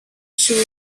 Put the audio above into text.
shown